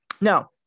Now